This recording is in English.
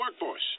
workforce